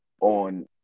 on